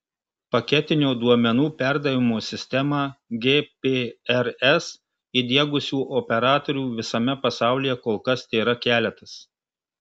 paketinio duomenų perdavimo sistemą gprs įdiegusių operatorių visame pasaulyje kol kas tėra keletas